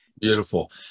Beautiful